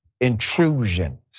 intrusions